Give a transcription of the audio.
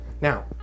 Now